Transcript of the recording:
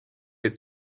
het